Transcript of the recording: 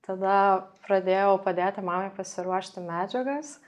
tada pradėjau padėti mamai pasiruošti medžiagas